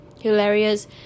hilarious